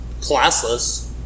classless